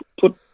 put